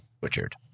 butchered